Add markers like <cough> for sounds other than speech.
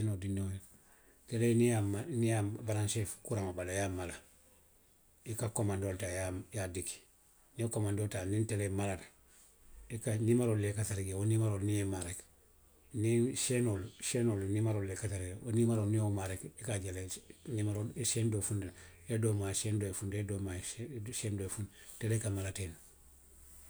<unintelligible> telee niŋ i ye a mala, niŋ i ye a baransee kuraŋo bala, i ye a mala, i ka komandoo le taa i ye a, i ye a diki. Niŋ i ye komandoo taa, niŋ telee malata, i ka niimeroolu, niimeroolu le ka tara jee, wo niimeroolu niŋ i ye i maa rek, niŋ seenoolu, seenoolu niimeroolu le ka tara a bala, wo niimeroo, niŋ i ye wo maa rek, a ka a je le niimeroo, seeni doo funtitanaŋ, i ye doo maa seeni doo ye funtinaŋ, i ye doo maa seeni doo ye funtinaŋ. Telee ka mala teŋ ne.